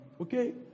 Okay